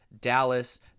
Dallas